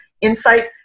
insight